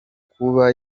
kuba